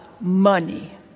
money